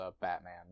Batman